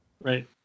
right